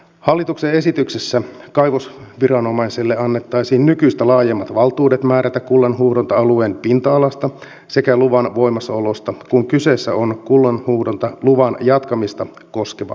hallituksen esityksessä kaivosviranomaiselle annettaisiin nykyistä laajemmat valtuudet määrätä kullanhuuhdonta alueen pinta alasta sekä luvan voimassaolosta kun kyseessä on kullanhuuhdontaluvan jatkamista koskeva päätös